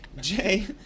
jay